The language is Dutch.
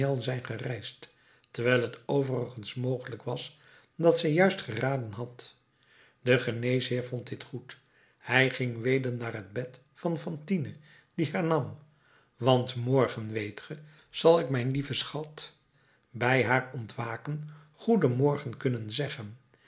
zijn gereisd terwijl t overigens mogelijk was dat zij juist geraden had de geneesheer vond dit goed hij ging weder naar het bed van fantine die hernam want morgen weet ge zal ik mijn lieve schat bij haar ontwaken goeden morgen kunnen zeggen